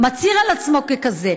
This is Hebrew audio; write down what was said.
מצהיר על עצמו ככזה,